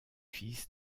fils